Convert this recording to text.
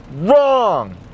wrong